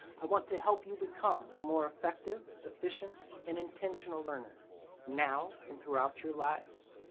i want to help you become a more effective, efficient, and intentional leaner now and throughout your lives.